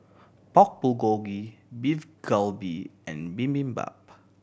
Pork Bulgogi Beef Galbi and Bibimbap